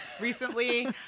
recently